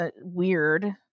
weird